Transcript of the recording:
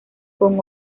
con